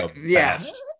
Yes